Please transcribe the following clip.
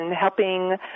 helping